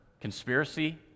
conspiracy